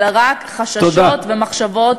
רק חששות ומחשבות